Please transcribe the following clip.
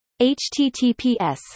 HTTPS